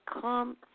come